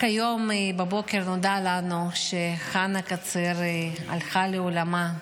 רק היום בבוקר נודע לנו שחנה קציר הלכה לעולמה.